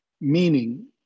meaning